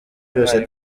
byose